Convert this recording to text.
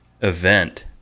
event